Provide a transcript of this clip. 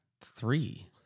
three